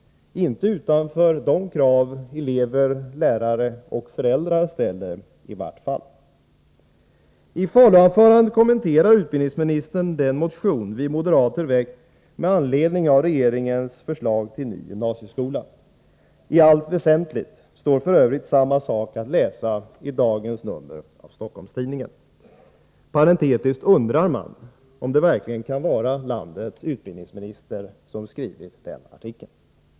Inte utanför de krav elever, lärare och föräldrar ställer, i varje fall. I Faluanförandet kommenterar utbildningsministern den motion vi moderater väckt med anledning av regeringens förslag till ny gymnasieskola. I allt väsentligt står f. ö. samma sak att läsa i dagens nummer av Stockholms Tidningen. Parentetiskt undrar man om det verkligen kan vara landets utbildningsminister som skrivit den artikeln.